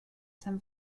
san